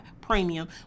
premium